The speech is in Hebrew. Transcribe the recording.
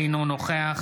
אינו נוכח